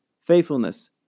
faithfulness